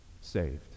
Saved